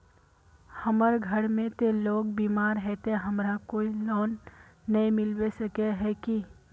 हमर घर में ते लोग बीमार है ते हमरा कोई लोन नय मिलबे सके है की?